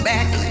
back